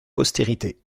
postérité